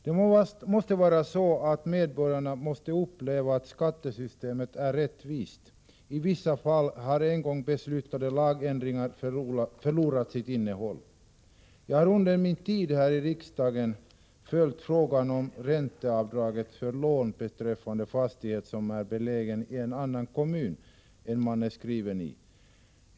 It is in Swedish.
Medborgarna måste uppleva skattesystemet som rättvist. Men i vissa fall har en gång beslutade lagändringar förlorat sitt innehåll. Jag har under min tid här i riksdagen följt frågan om ränteavdrag för lån beträffande fastighet som är belägen i en annan kommun än den som man är skriven i.